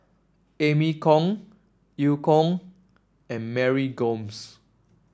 Amy Khor Eu Kong and Mary Gomes